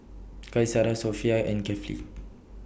Qaisara Sofea and Kefli